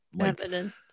evidence